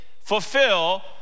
fulfill